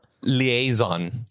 Liaison